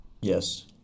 yes